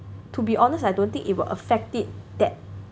to be honest I don't think it will affect it that